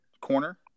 corner